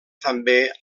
també